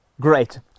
Great